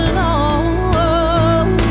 Alone